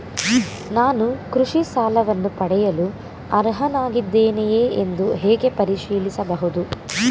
ನಾನು ಕೃಷಿ ಸಾಲವನ್ನು ಪಡೆಯಲು ಅರ್ಹನಾಗಿದ್ದೇನೆಯೇ ಎಂದು ಹೇಗೆ ಪರಿಶೀಲಿಸಬಹುದು?